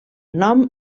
nom